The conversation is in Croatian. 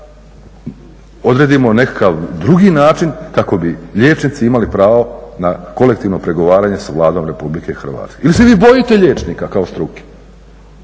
odredimo nekakav drugi način kako bi liječnici imali pravo na kolektivno pregovaranje sa Vladom RH. Ili se vi bojite liječnika kao struke,